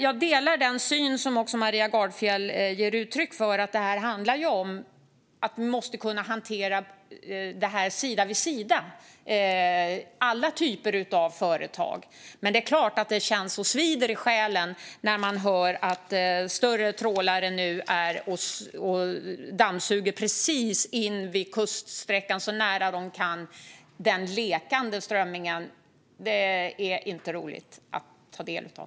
Jag delar den syn som Maria Gardfjell ger uttryck för, alltså att det här handlar om att vi måste kunna hantera det här sida vid sida - alla typer av företag. Men det är klart att det svider i själen när man hör att större trålare dammsuger precis invid kuststräckan, så nära de kan komma den lekande strömmingen. Det är inte roligt att ta del av.